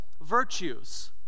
virtues